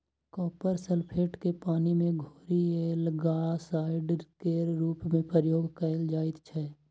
copper sulphate केँ पानि मे घोरि एल्गासाइड केर रुप मे प्रयोग कएल जाइत छै